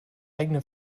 eigene